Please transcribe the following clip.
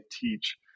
teach